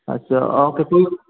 अच्छा आपके